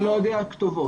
אני לא יודע כתובות.